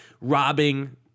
robbing